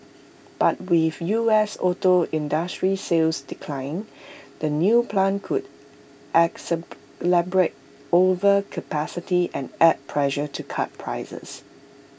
but with U S auto industry sales declining the new plant could overcapacity and add pressure to cut prices